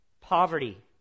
Poverty